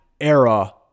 era